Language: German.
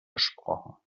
gesprochen